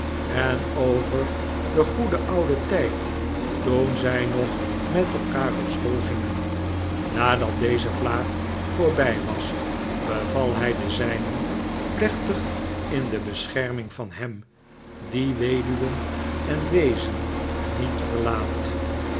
en over den goeden ouden tijd toen zij nog met elkaar op school gingen nadat deze vlaag voorbij was beval hij de zijnen plechtig in de bescherming van hem die weduwen en weezen niet verlaat